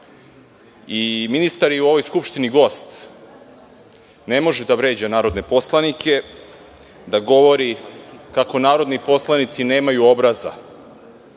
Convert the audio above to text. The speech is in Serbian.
zakona. Ministar je u ovoj skupštini gost, ne može da vređa narodne poslanike, da govori kako narodni poslanici nemaju obraza.